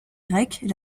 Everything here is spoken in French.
grecque